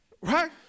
Right